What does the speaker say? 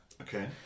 Okay